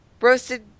roasted